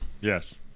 Yes